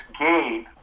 Gabe